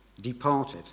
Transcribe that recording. departed